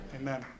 Amen